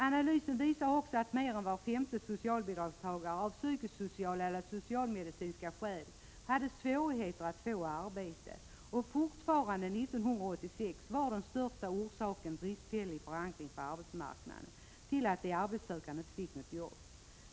Analysen visade också att mer än var femte socialbidragstagare av psykosociala eller socialmedicinska skäl hade svårigheter att få arbete. Ännu 1986 var den största orsaken till att de arbetssökande inte fick arbete bristfällig förankring på arbetsmarknaden.